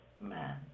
man